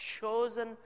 chosen